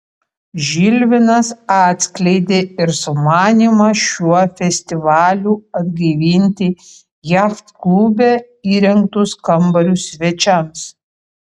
žilvinas atskleidė ir sumanymą šiuo festivaliu atgaivinti jachtklube įrengtus kambarius svečiams